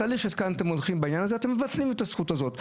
בתהליך שאתם עושים, אתם מבטלים את הזכות הזאת.